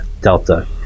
Delta